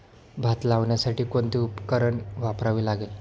भात लावण्यासाठी कोणते उपकरण वापरावे लागेल?